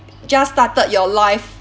just started your life